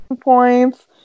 points